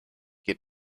geht